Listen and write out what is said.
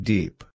Deep